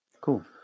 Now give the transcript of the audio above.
Cool